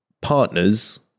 partner's